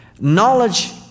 Knowledge